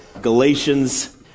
Galatians